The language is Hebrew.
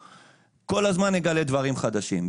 כל הזמן נגלה דברים חדשים,